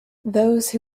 those